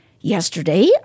yesterday